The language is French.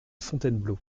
fontainebleau